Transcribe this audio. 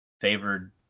favored